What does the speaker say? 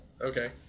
Okay